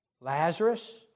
Lazarus